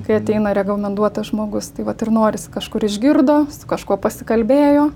kai ateina rekomenduotas žmogus tai vat ir norisi kažkur išgirdo su kažkuo pasikalbėjo